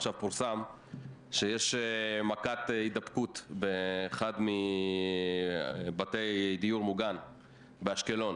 עכשיו פורסם שיש מכת היבדקות באחד מבתי הדיור המוגן באשקלון,